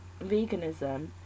veganism